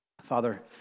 Father